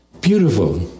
beautiful